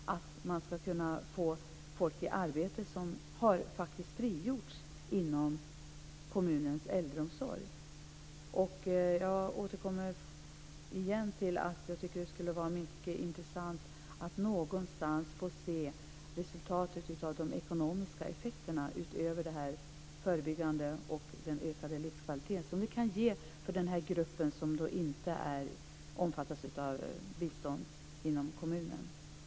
Man ska kunna få människor i arbete som har frigjorts inom kommunens äldreomsorg. Jag återkommer igen till att det skulle vara mycket intressant att någonstans få se resultatet av de ekonomiska effekterna utöver det förebyggande och den ökade livskvalitet det kan ge för den grupp som inte omfattas av bistånd inom kommunen.